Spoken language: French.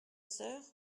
sœur